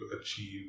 achieve